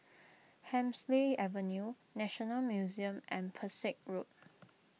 Hemsley Avenue National Museum and Pesek Road